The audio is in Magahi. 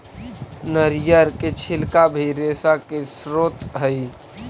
नरियर के छिलका भी रेशा के स्रोत हई